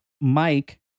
Mike